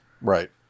Right